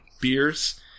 beers